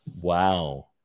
Wow